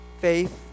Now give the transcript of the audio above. faith